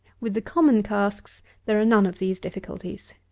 with the common casks there are none of these difficulties.